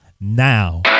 now